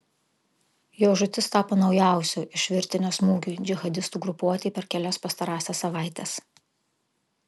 jo žūtis tapo naujausiu iš virtinės smūgių džihadistų grupuotei per kelias pastarąsias savaites